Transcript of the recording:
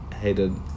hated